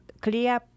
clear